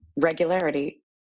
regularity